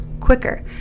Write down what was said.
quicker